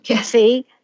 see